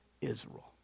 Israel